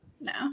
no